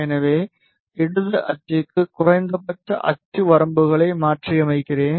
எனவே இடது அச்சுக்கு குறைந்தபட்ச அச்சு வரம்புகளை மாற்றியமைக்கிறேன்